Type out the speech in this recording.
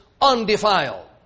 undefiled